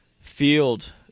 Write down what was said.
field